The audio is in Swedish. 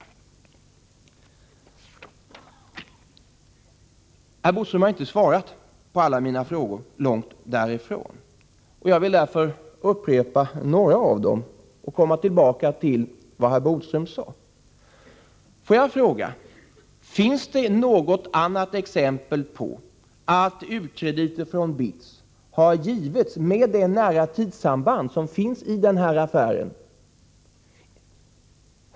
Herr Bodström har inte svarat på alla mina frågor — långt därifrån. Jag vill därför upprepa några av frågorna och komma tillbaka till vad herr Bodström sade. Finns det något annat exempel på att u-krediter från BITS har givits med ett så nära tidssamband som föreligger när det gäller den här affären?